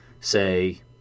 say